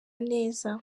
neza